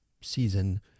season